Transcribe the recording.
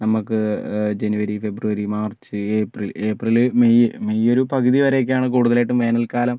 നമുക്ക് January February March April April May May ഒരു പകുതിവരെയൊക്കെയാണ് കൂടുതലായിട്ടും വേനൽക്കാലം